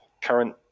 current